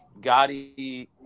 Gotti